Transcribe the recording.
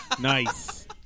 Nice